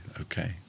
okay